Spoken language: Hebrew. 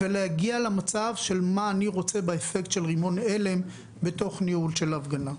ולהגיע למצב של מה אני רוצה באפקט של רימון הלם בתוך ניהול של הפגנה.